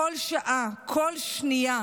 כל שעה, כל שנייה.